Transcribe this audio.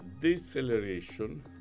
deceleration